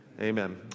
amen